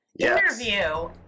interview